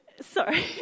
Sorry